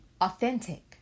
authentic